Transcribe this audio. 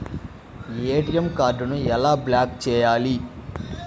ATM కార్డుని ఎలా block చేయాలి?